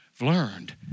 learned